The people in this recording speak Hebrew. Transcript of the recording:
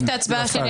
הצבעה לא אושרו.